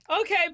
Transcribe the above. Okay